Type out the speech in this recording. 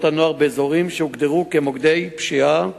הנוער באזורים שהוגדרו כמוקדי פשיעה אלימים,